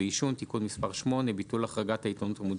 ועישון (תיקון מס׳ 8) (ביטול החרגת העיתונות המודפסת),